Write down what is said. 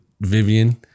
Vivian